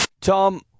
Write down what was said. Tom